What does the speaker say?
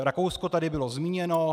Rakousko tady bylo zmíněno.